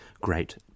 great